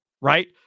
right